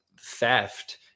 theft